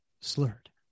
slurred